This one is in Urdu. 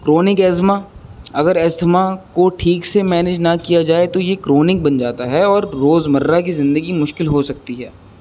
کرونک ازما اگر ایستھما کو ٹھیک سے مینج نہ کیا جائے تو یہ کرونک بن جاتا ہے اور روز مرہ کی زندگی میں مشکل ہو سکتی ہے